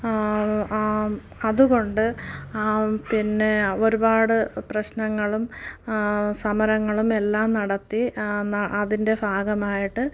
അത്കൊണ്ട് പിന്നെ ഒരുപാട് പ്രശ്നങ്ങളും സമരങ്ങളും എല്ലാം നടത്തി അതിൻ്റെ ഭാഗമായിട്ട്